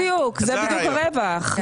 בדיוק, זה בדיוק הרווח של המודל.